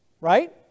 Right